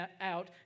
out